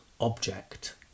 object